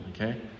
okay